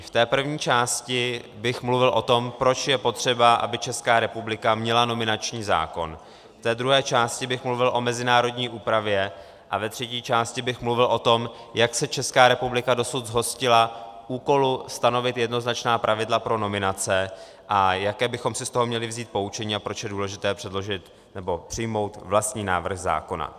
V první části bych mluvil o tom, proč je potřeba, aby Česká republika měla nominační zákon, ve druhé části bych mluvil o mezinárodní úpravě a ve třetí části bych mluvil o tom, jak se Česká republika dosud zhostila úkolu stanovit jednoznačná pravidla pro nominace a jaké bychom si z toho měli vzít poučení a proč je důležité předložit nebo přijmout vlastní návrh zákona.